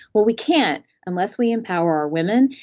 well, we can't unless we empower our women,